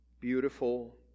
beautiful